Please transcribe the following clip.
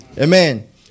Amen